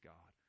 God